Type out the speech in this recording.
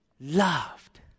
loved